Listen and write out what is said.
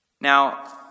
Now